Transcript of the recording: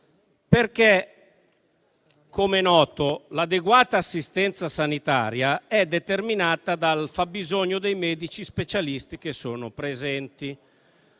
perché - come è noto - l'adeguata assistenza sanitaria è determinata dal fabbisogno dei medici specialisti che sono presenti.